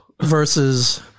Versus